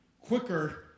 quicker